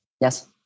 Yes